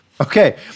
Okay